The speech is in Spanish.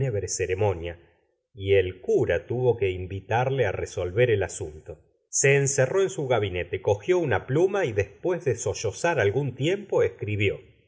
ceremonia y el cura tuvo que invitarle á resolver el asunto se encerró en su gabinte cogió una pluma y des pués de sollozar algún tiempo escribió